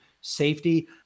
safety